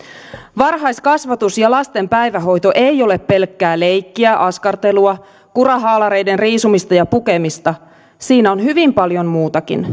varhaiskasvatus ja lasten päivähoito ei ole pelkkää leikkiä askartelua kurahaalareiden riisumista ja pukemista siinä on hyvin paljon muutakin